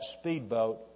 speedboat